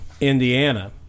Indiana